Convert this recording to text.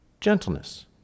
gentleness